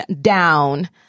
down